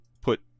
put